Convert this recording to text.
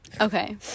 Okay